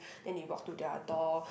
then they walk to their door